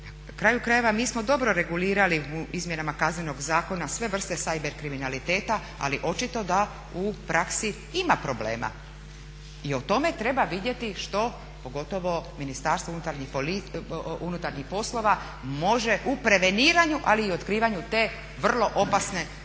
kraju krajeva mi smo dobro regulirali u izmjenama Kaznenog zakona sve vrste cyber kriminaliteta ali očito da u praksi ima problem i o tome treba vidjeti što pogotovo MUP može u preveniranju ali i otkrivanju te vrlo opasne vrste